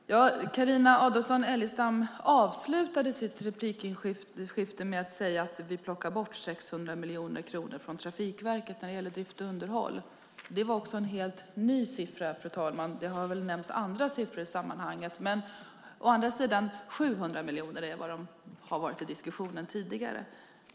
Fru talman! Carina Adolfsson Elgestam avslutade sitt inlägg med att säga att vi plockar bort 600 miljoner kronor från Trafikverket när det gäller drift och underhåll. Det var också en helt ny siffra, fru talman. Andra siffror har nämnts i sammanhanget; 700 miljoner är det som har varit i diskussionen tidigare.